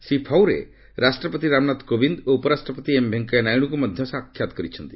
ଶ୍ରୀ ଫଉରେ ରାଷ୍ଟ୍ରପତି ରାମନାଥ କୋବିନ୍ଦ୍ ଓ ଉପରାଷ୍ଟ୍ରପତି ଏମ୍ ଭେଙ୍କିୟା ନାଇଡୁଙ୍କୁ ମଧ୍ୟ ସାକ୍ଷାତ କରିଛନ୍ତି